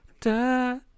da